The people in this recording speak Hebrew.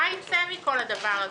מה ייצא מכל הדבר הזה?